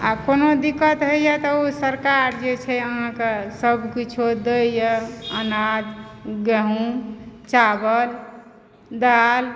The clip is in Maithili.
आब कोनो दिक्कत होइए तऽ ओ सरकार जे छै अहाँकेँ सभकिछु दैए अनाज गेहूँ चावल दालि